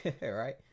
right